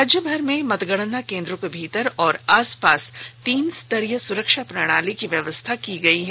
राज्यभर में मतगणना केंद्रों के भीतर और आसपास तीन स्तरीय सुरक्षा प्रणाली की व्यवस्था की गई है